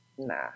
Nah